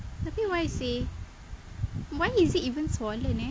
tapi why seh why is it even swollen eh